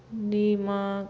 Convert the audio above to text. निमक